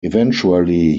eventually